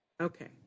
Okay